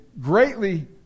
greatly